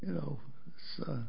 you know so